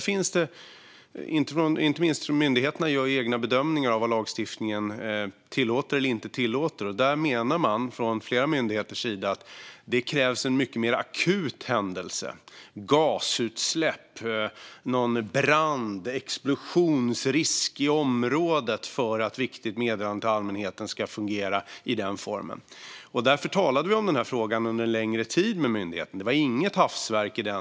Men myndigheterna gör egna bedömningar av vad lagstiftningen tillåter och inte, och där menar man från flera myndigheters sida att det krävs en mycket mer akut händelse - gasutsläpp, brand eller explosionsrisk i området - för att Viktigt meddelande till allmänheten ska fungera i den formen. Vi talade om den här frågan under en längre tid med myndigheten. Det var inget hafsverk.